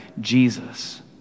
Jesus